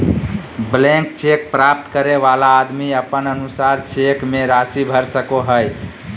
blank cheque प्राप्त करे वाला आदमी अपन अनुसार चेक मे राशि भर सको हय